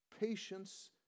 patience